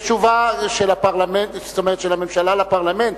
יש תשובה של הממשלה לפרלמנט,